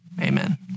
amen